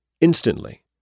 instantly